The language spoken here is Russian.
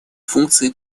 функции